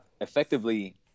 effectively